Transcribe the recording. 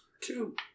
Two